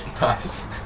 Nice